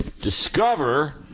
Discover